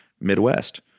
Midwest